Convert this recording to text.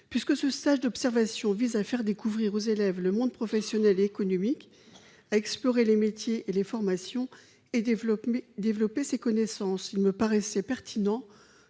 Puisque ce stage d'observation vise à faire découvrir aux élèves le monde professionnel et économique, à explorer les métiers et les formations et à développer leurs connaissances, il me paraissait pertinent